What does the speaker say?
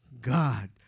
God